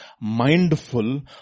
mindful